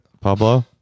Pablo